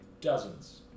dozens